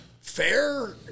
fair